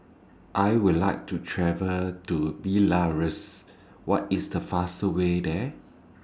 I Would like to travel to Belarus What IS The fastest Way There